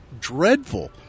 dreadful